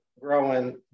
growing